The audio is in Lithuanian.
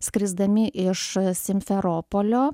skrisdami iš simferopolio